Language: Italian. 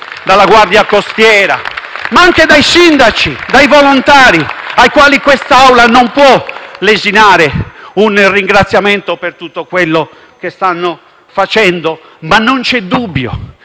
dalla Guardia costiera, ma anche dai sindaci e dai volontari ai quali quest'Assemblea non può lesinare un ringraziamento per tutto quello che stanno facendo. *(Applausi